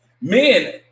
men